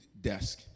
desk